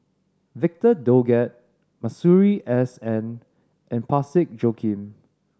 Victor Doggett Masuri S N and Parsick Joaquim